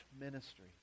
ministry